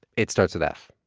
it starts with f